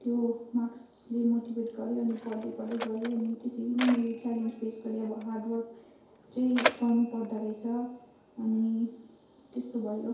त्यो मार्क्सले मोटिभेट गर्यो अनि पढ्दै पढ्दै गएँ अनि त्यसरी नै मैले च्यालेन्ज फेस गरेँ अब हार्डवर्क चाहिँ गर्नु पर्दोरहेछ अनि त्यस्तो भयो